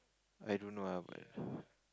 I don't know lah but